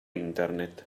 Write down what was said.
internet